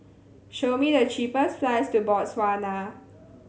show me the cheapest flights to Botswana